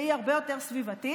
והיא הרבה יותר סביבתית,